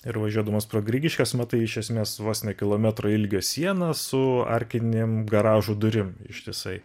ir važiuodamas pro grigiškes matai iš esmės vos ne kilometro ilgio sieną su arklinėm garažų durim ištisai